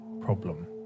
problem